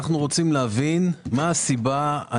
אנחנו רוצים להבין מה הסיבה.